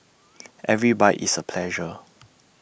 every bite is A pleasure